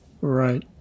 Right